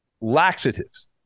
laxatives